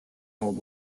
old